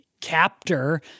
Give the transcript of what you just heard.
captor